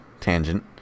tangent